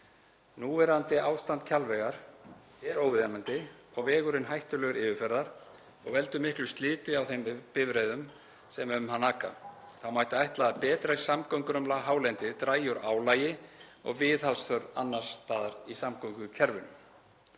Núverandi ástand Kjalvegar er óviðunandi og vegurinn hættulegur yfirferðar og veldur miklu sliti á þeim bifreiðum sem um hann aka. Þá má ætla að betri samgöngur um hálendið dragi úr álagi og viðhaldsþörf annars staðar í samgöngukerfinu.